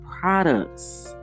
products